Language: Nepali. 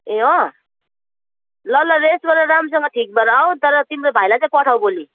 ए अँ ल ल रेस्ट गर राम्रोसँग ठिक भएर आऊ तर तिम्रो भाइलाई चाहिँ पठाऊ भोलि